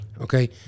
Okay